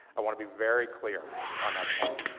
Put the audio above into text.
i want to be very clear on that point.